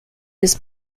his